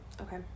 Okay